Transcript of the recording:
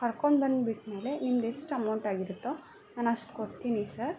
ಕರ್ಕೊಂಡ್ಬಂದು ಬಿಟ್ಟ ಮೇಲೆ ನಿಮ್ದು ಎಷ್ಟು ಅಮೌಂಟ್ ಆಗಿರುತ್ತೋ ನಾನು ಅಷ್ಟು ಕೊಡ್ತೀನಿ ಸರ್